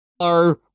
Hello